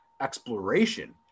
exploration